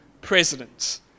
president